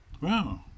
wow